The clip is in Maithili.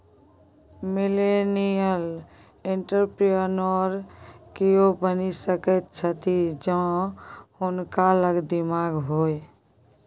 मिलेनियल एंटरप्रेन्योर कियो बनि सकैत छथि जौं हुनका लग दिमाग होए